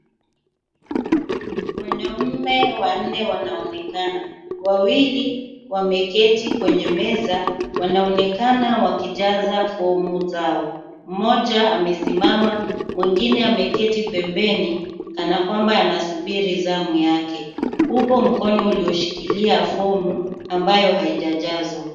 Wanaume wanne wanaonekana, wawili wameketi kwenye meza wanaonekana wakijaza fomu zao. Mmoja amesimama, mwingine ameketi pembeni kana kwamba anasubiri zamu yake. Upo mkono ulioshikilia fomu ambayo haijajazwa.